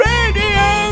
Radio